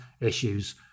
issues